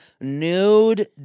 nude